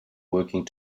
working